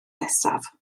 nesaf